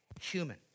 human